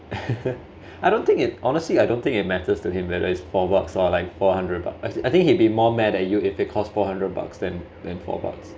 I don't think it honestly I don't think it matters to him whether it's four bucks or like four hundred bucks I I think he'd be more mad at you if it costs four hundred bucks then four bucks